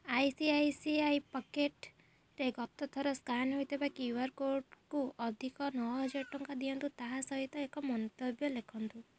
I C I C I ପକେଟ୍ରେ ଗତ ଥର ସ୍କାନ୍ ହୋଇଥିବା କ୍ଯୁ ଆର କୋର୍ଡ଼୍କୁ ଅଧିକ ନଅହଜାର ଟଙ୍କା ଦିଅନ୍ତୁ ତା ସହିତ ଏକ ମନ୍ତବ୍ୟ ଲେଖନ୍ତୁ